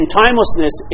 timelessness